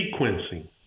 sequencing